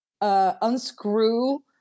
unscrew